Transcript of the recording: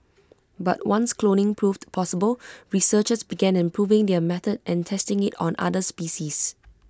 but once cloning proved possible researchers began improving their method and testing IT on other species